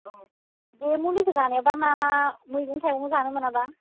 अ बे मुलिखौ जानोबा मा मा मैगं थाइगं जानो मोनाबा